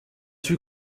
huit